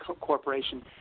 Corporation